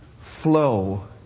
flow